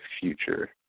future